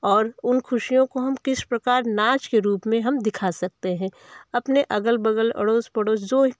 और उन खुशियों को हम किस प्रकार नाच के रूप में हम दिखा सकते हैं अपने अगल बगल अड़ोस पड़ोस जो